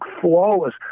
flawless